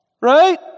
Right